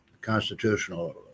constitutional